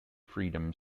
freedom